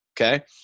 Okay